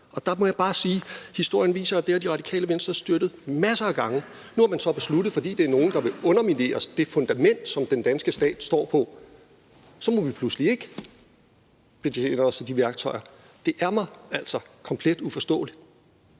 Og der må jeg bare sige, at historien viser, at det har Det Radikale Venstre støttet masser af gange. Nu har man så besluttet, fordi det er nogle, der vil underminere det fundament, som den danske stat står på, at så må vi pludselig ikke betjene os af de værktøjer. Det er mig altså komplet uforståeligt